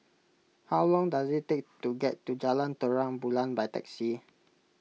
how long does it take to get to Jalan Terang Bulan by taxi